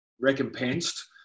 recompensed